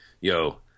yo